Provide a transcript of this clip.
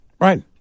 Right